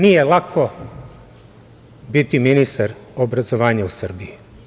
Nije lako biti ministar obrazovanja u Srbiji.